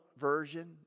version